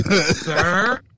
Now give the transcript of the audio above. sir